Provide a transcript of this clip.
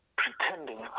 pretending